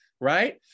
Right